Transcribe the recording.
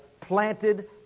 planted